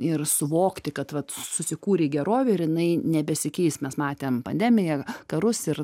ir suvokti kad vat susikūrei gerovę ir jinai nebesikeis mes matėm pandemiją karus ir